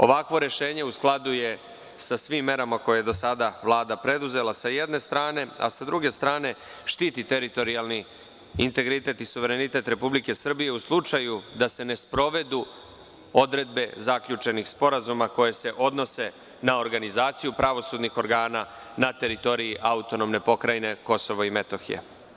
Ovakvo rešenje u skladu je sa svim merama koje je do sada Vlada preduzela, s jedne strane, a s druge strane, štiti teritorijalni integritet i suverenitet Republike Srbije u slučaju da se ne sprovedu odredbe zaključenih sporazuma koje se odnose na organizaciju pravosudnih organa na teritoriji AP Kosovo i Metohija.